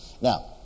Now